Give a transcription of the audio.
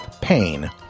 pain